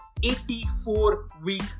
84-week